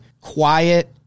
quiet